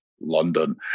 London